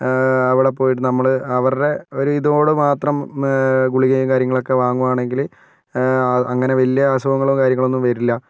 അവിടെ പോയിട്ട് നമ്മള് അവരുടെ ഒരിതോടെ മാത്രം ഗുളികയും കാര്യങ്ങളും ഒക്കെ വാങ്ങുവാണെങ്കില് അങ്ങനെ വലിയ അസുഖങ്ങളോ കാര്യങ്ങളൊന്നും വരില്ല